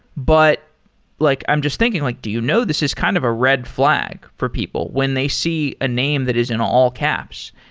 but like i'm just thinking like do you know this is kind of a red flag for people when they see a name that is in all caps,